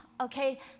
Okay